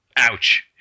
ouch